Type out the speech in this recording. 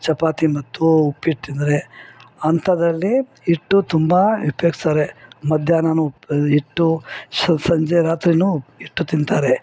ಚಪಾತಿ ಮತ್ತು ಉಪ್ಪಿಟ್ಟು ತಿಂದರೆ ಅಂಥದ್ರಲ್ಲಿ ಹಿಟ್ಟು ತುಂಬ ಉಪ್ಯೋಗಿಸ್ತಾರೆ ಮಧ್ಯಾಹ್ನ ಹಿಟ್ಟು ಶ ಸಂಜೆ ರಾತ್ರಿ ಹಿಟ್ಟು ತಿಂತಾರೆ